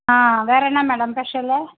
ஆ வேறு என்ன madam special